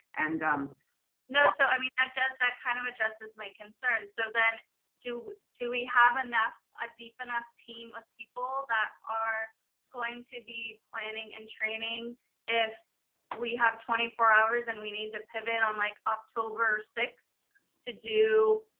and um no, so i mean, that kind of addresses my concern. so then do, do we have enough, a deep enough team of people that are going to be planning and training if we have twenty four hours and we need to pivot on like october sixth to do